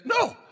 No